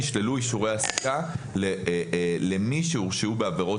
ישללו אישורי העסקה למי שיש לו עבירות